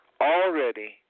already